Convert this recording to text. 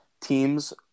teams